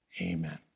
amen